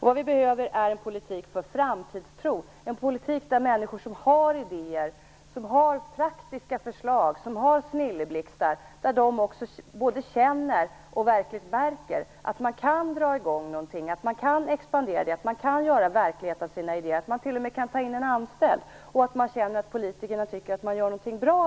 Vad som behövs är en politik för framtidstro - en politik där människor som har idéer och praktiska förslag och som får snilleblixtar både känner och verkligen märker att man kan dra i gång något, att man kan expandera, att man kan göra verklighet av sina idéer, att en anställd t.o.m. kan tas in och att politikerna tycker att man gör någonting bra.